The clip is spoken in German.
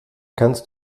kannst